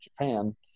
Japan